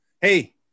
hey